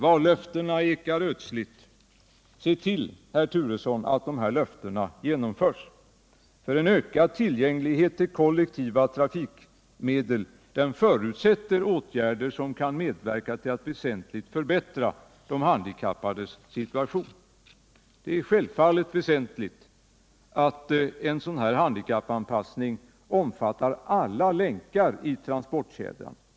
Vallöftena ekar ödsligt. Se till, herr Turesson, att de här löftena uppfylls! Det är självfallet väsentligt att en handikappanpassning av det kollektiva färdväsendet omfattar alla länkar i transportkedjan.